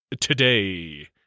today